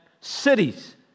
cities